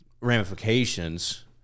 ramifications